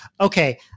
okay